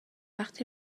وقتی